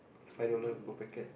five dollar two packet